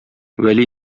вәли